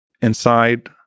inside